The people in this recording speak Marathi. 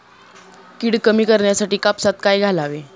कीड कमी करण्यासाठी कापसात काय घालावे?